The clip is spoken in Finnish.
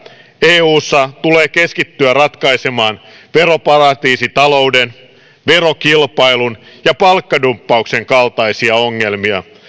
eussa tulee keskittyä ratkaisemaan veroparatiisitalouden verokilpailun ja palkkadumppauksen kaltaisia ongelmia